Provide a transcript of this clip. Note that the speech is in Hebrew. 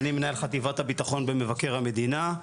אני מנהל חטיבת הביטחון במבקר המדינה,